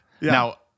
Now